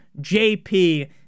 JP